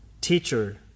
Teacher